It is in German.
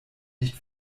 nicht